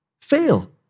fail